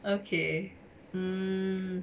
okay hmm